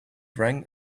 rang